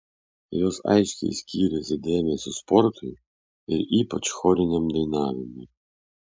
jos aiškiai skyrėsi dėmesiu sportui ir ypač choriniam dainavimui